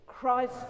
Christ